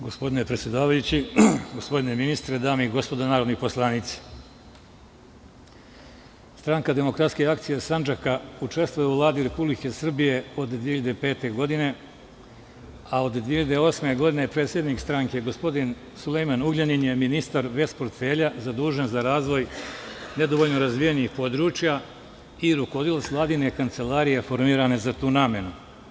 Gospodine predsedavajući, gospodine ministre, dame i gospodo narodni poslanici, Stranka demokratske akcije sandžaka učestvuje u Vladi Republike Srbije od 2005. godine, a od 2008. godine predsednik stranke, gospodin Sulejman Ugljanin je ministar bez portfelja, zadužen za razvoj nedovoljno razvijenih područja i rukovodilac Vladine kancelarije formirane za tu namenu.